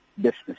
business